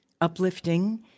uplifting